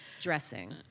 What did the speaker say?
dressing